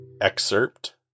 Excerpt